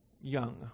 young